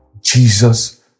Jesus